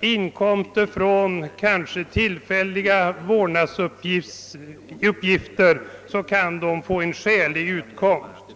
inkomster från kanske tillfälliga vårdnadsuppgifter kan vederbörande få en skälig utkomst.